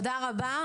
תודה רבה.